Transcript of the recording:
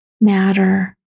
matter